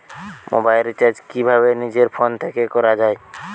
Mobile recharge কিভাবে নিজের phone থেকে করা য়ায়?